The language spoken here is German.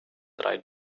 drei